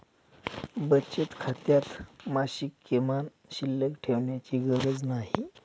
बचत खात्यात मासिक किमान शिल्लक ठेवण्याची गरज नाही